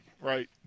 right